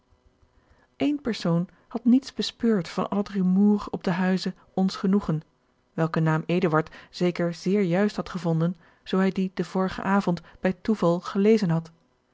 één persoon had niets bespeurd van al het rumoer op den huize ons genoegen welken naam eduard zeker zeer juist had gevonden zoo hij dien den vorigen avond bij toeval gelezen had